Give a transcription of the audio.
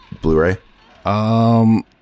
Blu-ray